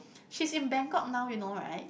she is in Bangkok now you know right